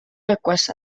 request